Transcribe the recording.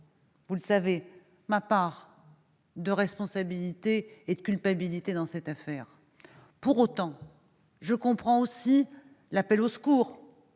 vous le savez, ma part de responsabilité et de culpabilité dans cette affaire. Pour autant, je comprends aussi l'appel au secours